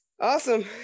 Awesome